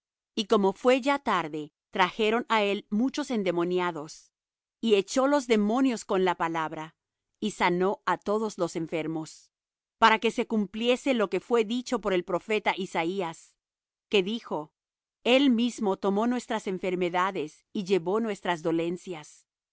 y como fué ya tarde trajeron á él muchos endemoniados y echó los demonios con la palabra y sanó á todos los enfermos para que se cumpliese lo que fué dicho por el profeta isaías que dijo el mismo tomó nuestras enfermedades y llevó nuestras dolencias